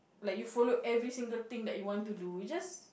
like you follow every single thing that you want to do it's just